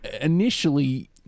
initially